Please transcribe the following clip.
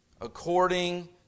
According